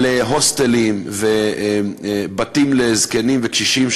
על הוסטלים ובתים לזקנים וקשישים,